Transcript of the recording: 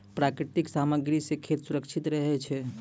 प्राकृतिक सामग्री सें खेत सुरक्षित रहै छै